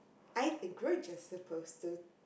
I think we're just supposed to